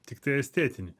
tiktai estetinį